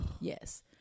Yes